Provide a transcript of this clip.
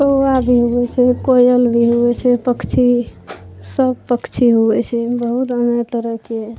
कौआ भी होइ छै कोयल भी होइ छै पक्षी सब पक्षी होइ छै बहुत अनेक तरहके